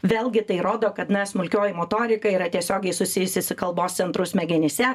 vėlgi tai rodo kad na smulkioji motorika yra tiesiogiai susijusi su kalbos centru smegenyse